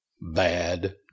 bad